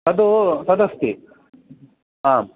तद् तदस्ति आ